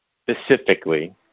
specifically